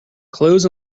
clothes